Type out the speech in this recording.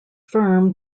firm